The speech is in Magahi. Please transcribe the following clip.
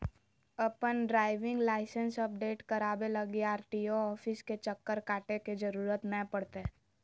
अपन ड्राइविंग लाइसेंस अपडेट कराबे लगी आर.टी.ओ ऑफिस के चक्कर काटे के जरूरत नै पड़तैय